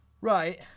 Right